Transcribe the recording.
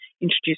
introduce